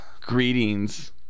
Greetings